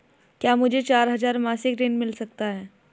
क्या मुझे चार हजार मासिक ऋण मिल सकता है?